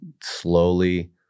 slowly